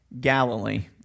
Galilee